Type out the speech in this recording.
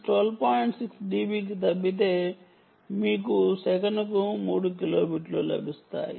6 dB కి తగ్గితే మీకు సెకనుకు 3 కిలోబిట్లు లభిస్తాయి